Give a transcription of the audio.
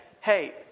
hey